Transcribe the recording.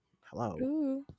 Hello